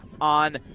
on